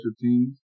teams